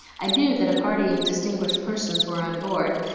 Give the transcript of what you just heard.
i knew that a party of distinguished persons were on board,